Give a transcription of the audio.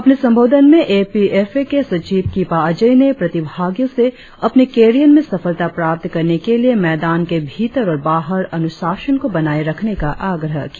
अपने संबोधन में ए पी एफ ए के सचिव किपा अजय ने प्रतिभागियों से अपने करियर में सफलता प्राप्त करने के लिए मैदान के भीतर और बाहर अनुशासन को बनाये रखने का आग्रह किया